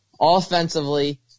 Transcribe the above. Offensively